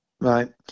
right